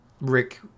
Rick